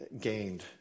gained